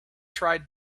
tried